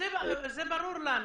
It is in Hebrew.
זה ברור לנו,